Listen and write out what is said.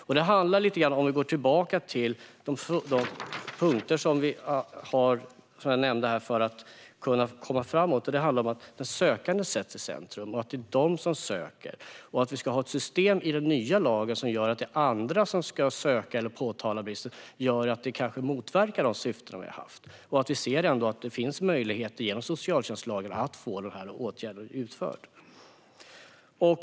Om vi går tillbaka till de punkter jag nämnde, om att komma framåt, ser vi att det handlar om att den sökande sätts i centrum och att det är personerna själva som söker. Ett system i den nya lagen som gör att andra ska söka eller påtala bristen kanske motverkar de syften vi haft. Vi ser ändå att det genom socialtjänstlagen finns möjlighet att få den här åtgärden utförd.